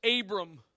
Abram